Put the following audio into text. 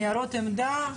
ניירות עמדה,